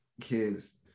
kids